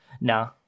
Nah